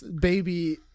baby